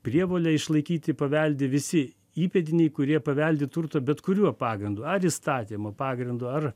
prievolę išlaikyti paveldi visi įpėdiniai kurie paveldi turtą bet kuriuo pagrindu ar įstatymo pagrindu ar